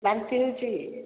ବାନ୍ତି ହେଉଛି